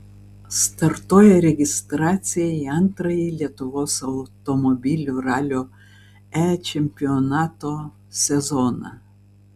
startuoja registracija į antrąjį lietuvos automobilių ralio e čempionato sezoną